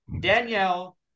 Danielle